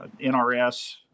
nrs